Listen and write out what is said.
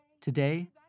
Today